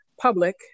Public